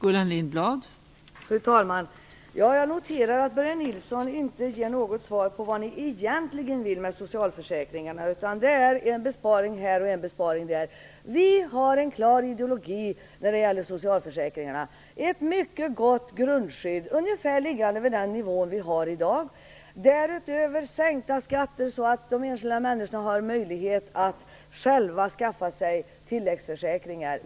Fru talman! Jag noterar att Börje Nilsson inte ger något svar på frågan om vad Socialdemokraterna egentligen vill med socialförsäkringarna, utan det är en besparing här och en besparing där. Vi har en klar ideologi när det gäller socialförsäkringarna. Det handlar om ett mycket gott grundskydd, ungefärligen på samma nivå som i dag och därutöver sänkta skatter, så att enskilda människor har möjlighet att själva skaffa sig tilläggsförsäkringar.